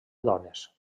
dones